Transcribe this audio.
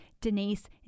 Denise